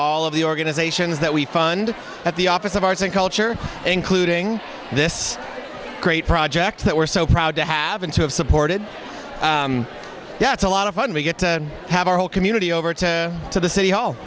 all of the organizations that we fund at the office of arts and culture including this great project that we're so proud to have and to have supported that's a lot of fun we get to have our whole community over to to the city hall